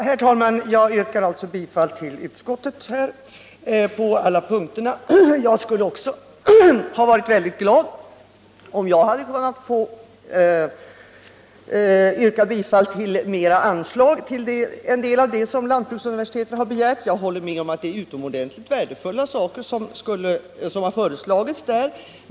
Herr talman! Jag yrkar bifall till vad utskottet hemställt på alla de nu aktuella punkterna. Jag skulle ha varit glad om jag hade kunnat yrka bifall till en del av de större anslag som lantbruksuniversitetet begärt. Jag håller med om att det är utomordentligt värdefulla uppgifter som det har begärts anslag till.